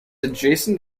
adjacent